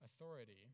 authority